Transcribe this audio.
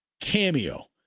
cameo